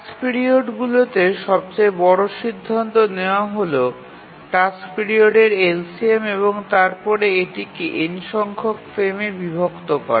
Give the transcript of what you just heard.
task পিরিয়ডগুলিতে সবচেয়ে বড় সিদ্ধান্ত নেওয়া হল টাস্ক পিরিয়ডের এলসিএম এবং তারপরে এটিকে n সংখ্যক ফ্রেমে বিভক্ত করা